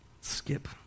Skip